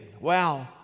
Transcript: wow